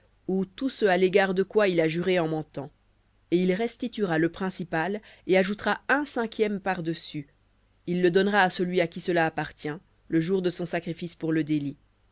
ou tout ce à l'égard de quoi il a juré en mentant et il restituera le principal et ajoutera un cinquième par-dessus il le donnera à celui à qui cela appartient le jour de son sacrifice pour le délit